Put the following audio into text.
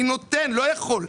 אני נותן, לא יכול.